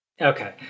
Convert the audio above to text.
okay